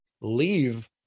leave